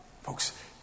Folks